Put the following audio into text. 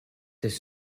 his